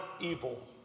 evil